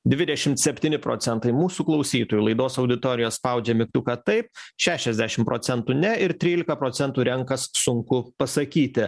dvidešimt septyni procentai mūsų klausytojų laidos auditorija spaudžia mygtuką taip šešiasdešim procentų ne ir trylika procentų renkas sunku pasakyti